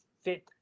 fit